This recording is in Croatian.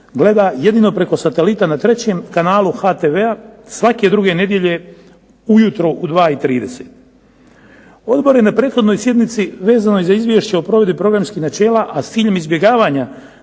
gleda jedino preko satelita na 3. kanalu HTV-a svake druge nedjelje ujutro u 2 i 30. Odbor je na prethodnoj sjednici vezano za Izvješće o provedbi programskih načela, a s ciljem izbjegavanja